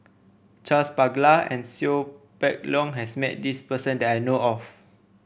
Charles Paglar and Seow Peck Leng has met this person that I know of